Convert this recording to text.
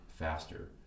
faster